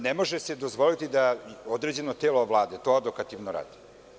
Ne može se dozvoliti da određeno telo Vlade to odokativno radi.